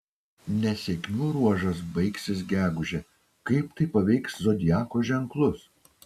nesėkmių ruožas baigsis gegužę kaip tai paveiks zodiako ženklus